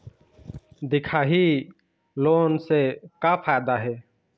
दिखाही लोन से का फायदा हे?